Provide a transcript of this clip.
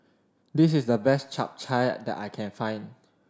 this is the best Chap Chai that I can find